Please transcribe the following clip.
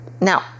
Now